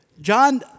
John